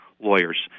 lawyers